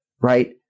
right